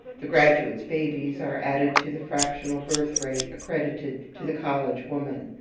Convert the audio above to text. the graduate's babies are added to the fractional birth-rate accredited to the college woman,